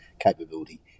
capability